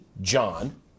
John